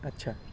अच्छा